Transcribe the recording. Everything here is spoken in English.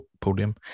podium